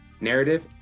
narrative